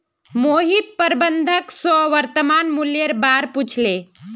मोहित प्रबंधक स वर्तमान मूलयेर बा र पूछले